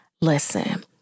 listen